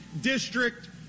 district